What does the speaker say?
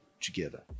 together